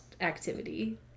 activity